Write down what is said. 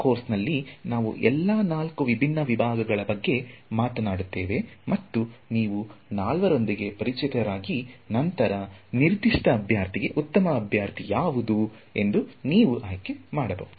ಈ ಕೋರ್ಸ್ನಲ್ಲಿ ನಾವು ಎಲ್ಲಾ ನಾಲ್ಕು ವಿಭಿನ್ನ ವಿಧಾನಗಳ ಬಗ್ಗೆ ಮಾತನಾಡುತ್ತೇವೆ ಮತ್ತು ನೀವು ನಾಲ್ವರೊಂದಿಗೆ ಪರಿಚಿತರಾದ ನಂತರ ನಿರ್ದಿಷ್ಟ ಅಭ್ಯರ್ಥಿಗೆ ಉತ್ತಮ ಅಭ್ಯರ್ಥಿ ಯಾವುದು ಎಂದು ನೀವು ಆಯ್ಕೆ ಮಾಡಬಹುದು